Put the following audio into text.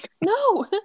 no